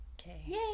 Okay